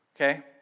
Okay